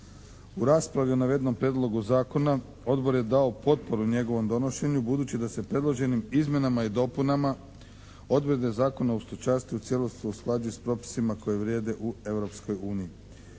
U raspravi o navedenom prijedlogu zakona odbor je dao potporu njegovom donošenju budući da se predloženim izmjenama i dopunama odredbe zakona o stočarstvu u cijelosti usklađuju s propisima koji vrijede u